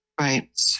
Right